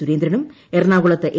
സുരേന്ദ്രനും എറണാകുളത്ത് എ